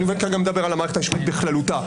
אני תיכף גם אדבר על המערכת המשפטית בכללותה